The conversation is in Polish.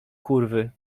kurwy